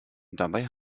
dabei